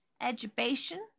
Education